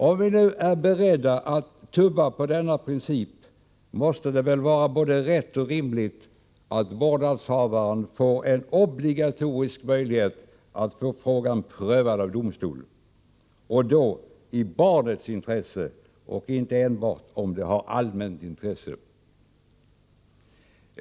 Om vi nu är beredda att tumma på denna princip, måste det väl vara både rätt och rimligt att vårdnadshavaren får en obligatorisk möjlighet att få frågan prövad av domstol — och då i barnets intresse och inte enbart om det har allmänt intresse.